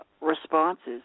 responses